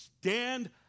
stand